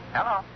Hello